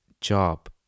job